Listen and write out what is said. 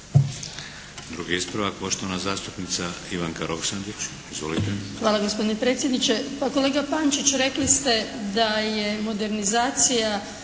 Drugi ispravak poštovana zastupnica Ivanka Roksandić. Izvolite. **Roksandić, Ivanka (HDZ)** Hvala gospodine predsjedniče. Pa kolega Pančić, rekli ste da je modernizacija